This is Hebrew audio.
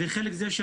חלק מזה,